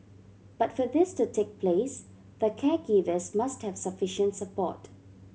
but for this to take place the caregivers must have sufficient support